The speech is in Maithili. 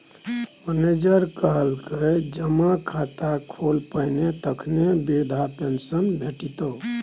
मनिजर कहलकै जमा खाता खोल पहिने तखने बिरधा पेंशन भेटितौ